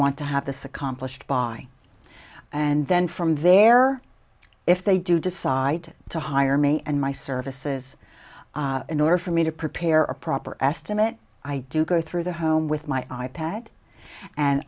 want to have this accomplished by and then from there if they do decide to hire me and my services in order for me to prepare a proper estimate i do go through the home with my i pad and